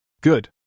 Good